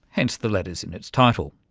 hence the letters in its title.